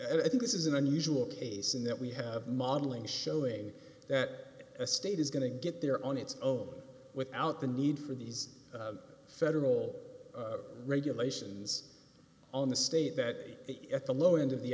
and i think this is an unusual case in that we have modeling showing that a state is going to get there on its own without the need for these federal regulations on the state that the at the lower end of the